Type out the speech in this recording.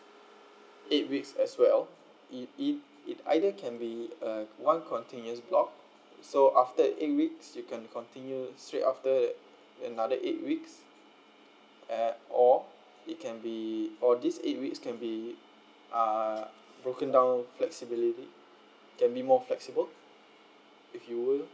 eight weeks as well it it it either can be uh one continues block so after eight weeks you can continue straight after another eight weeks and or it can be or these eight weeks can be uh broken down flexibility can be more flexible if you will